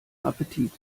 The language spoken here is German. appetit